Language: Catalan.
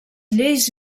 lleis